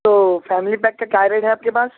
تو family pack کا کیا ریٹ ہے آپ کے پاس